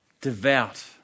Devout